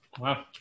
Wow